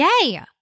Yay